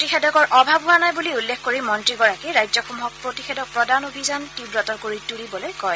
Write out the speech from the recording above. প্ৰতিষেধকৰ অভাৱ হোৱা নাই বুলি উল্লেখ কৰি মন্ত্ৰীগৰাকীয়ে ৰাজ্যসমূহক প্ৰতিষেধক প্ৰদান অভিযান তীৱতৰ কৰি তুলিবলৈ কয়